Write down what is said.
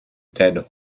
dead